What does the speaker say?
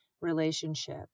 relationship